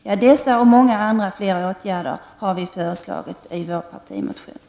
Dessa och många fler åtgärder har vi föreslagit i vår partimotion.